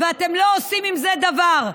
ואתם לא עושים עם זה דבר.